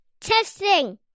Testing